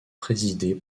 présidée